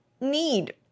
need